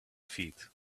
feet